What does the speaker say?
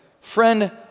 friend